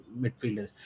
midfielders